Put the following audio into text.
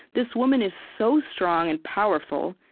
this woman is so strong and powerful,